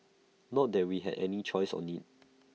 not that we had any choice in IT